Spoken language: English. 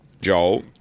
Joel